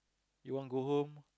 you want go home